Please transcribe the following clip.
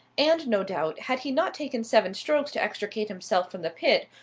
and no doubt, had he not taken seven strokes to extricate himself from the pit,